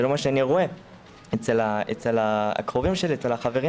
זה לא מה שאני רואה אצל הקרובים שלי,